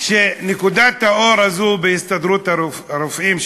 שנקודת האור הזאת, בהסתדרות הרופאים,